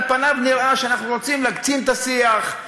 על פניו נראה שאנחנו רוצים להקצין את השיח,